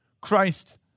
Christ